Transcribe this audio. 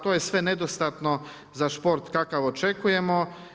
To je sve nedostatno za šport kakav očekujemo.